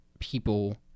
people